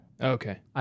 Okay